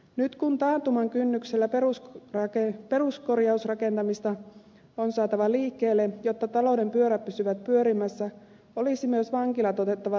nyt kun taantuman kynnyksellä peruskorjausrakentamista on saatava liikkeelle jotta talouden pyörät pysyvät pyörimässä olisi myös vankilat otettava tarkastelun piiriin